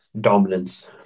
dominance